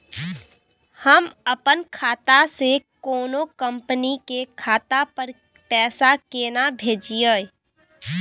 हम अपन खाता से कोनो कंपनी के खाता पर पैसा केना भेजिए?